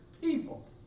people